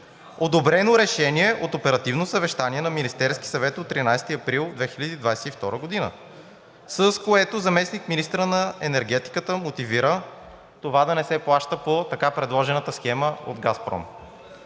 одобрено решение от оперативно съвещание на Министерския съвет от 13 април 2022 г., с което заместник-министърът на енергетиката мотивира това да не се плаща по така предложената схема от „Газпром“.